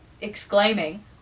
exclaiming